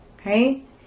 Okay